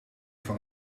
van